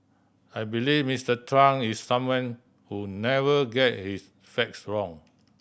I believe Mister Trump is someone who never get his facts wrong